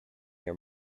your